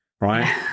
right